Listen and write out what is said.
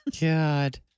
God